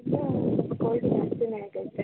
ಈಗ ಸ್ವಲ್ಪ ಕೋಲ್ಡ್ ಜಾಸ್ತಿನೇ ಆಗೈತೆ